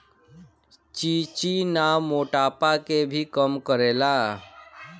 चिचिना मोटापा के भी कम करेला